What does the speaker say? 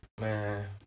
Man